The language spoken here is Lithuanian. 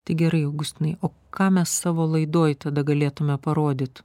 tai gerai augustinai o ką mes savo laidoj tada galėtume parodyt